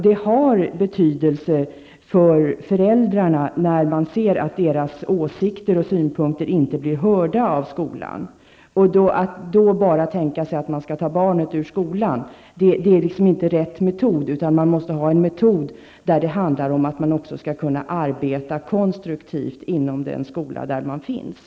Det har betydelse för föräldrarna när de ser att deras åsikter och synpunkter inte blir hörda av skolan. Att då bara tänka sig att de kan ta sitt barn ur skolan är inte rätt metod -- man måste ha en metod som gör det möjligt att arbeta konstruktivt inom den skola där barnet finns.